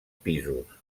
pisos